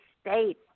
state